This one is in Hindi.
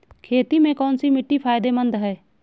खेती में कौनसी मिट्टी फायदेमंद है?